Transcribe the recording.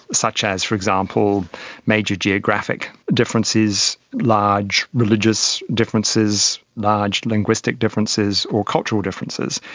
such as for example major geographic differences, large religious differences, large linguistic differences or cultural differences.